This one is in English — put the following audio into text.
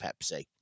Pepsi